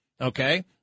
okay